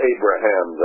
Abraham